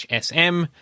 sm